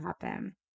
happen